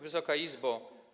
Wysoka Izbo!